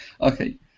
Okay